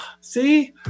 see